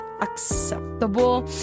acceptable